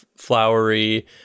flowery